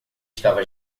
estava